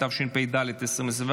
התשפ"ד 2024,